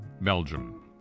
Belgium